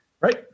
Right